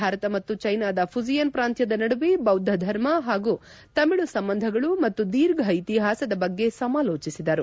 ಭಾರತ ಮತ್ತು ಚ್ಟೆನಾದ ಘುಜಿಯನ್ ಪ್ರಾಂತ್ಯದ ನಡುವೆ ಬೌದ್ದ ಧರ್ಮ ಮತ್ತು ತಮಿಳು ಸಂಬಂಧಗಳು ಹಾಗೂ ದೀರ್ಘ ಇತಿಹಾಸದ ಬಗ್ಗೆ ಸಮಾಲೋಚಿಸಿದರು